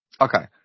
okay